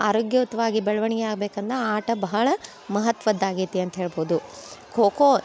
ಆರೋಗ್ಯಯುತ್ವಾಗಿ ಬೆಳವಣ್ಗೆ ಆಗ್ಬೇಕಂದ್ರ ಆಟ ಬಹಳ ಮಹತ್ವದ್ದಾಗೈತಿ ಅಂತ ಹೇಳ್ಬೋದು ಖೊ ಖೋ